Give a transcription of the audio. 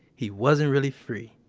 he wasn't really free.